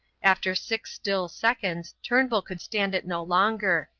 after six still seconds turnbull could stand it no longer,